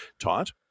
taught